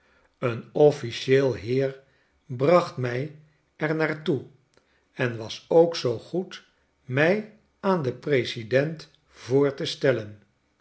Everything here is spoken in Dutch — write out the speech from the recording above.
een officieel heer bracht mij er naar toe en was ook zoo goed mij aan den president voor te stellen